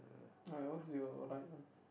alright what's your right one